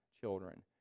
children